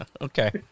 Okay